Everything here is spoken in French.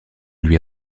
lui